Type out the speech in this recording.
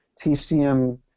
TCM